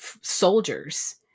soldiers